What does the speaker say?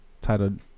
titled